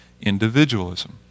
individualism